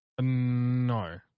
No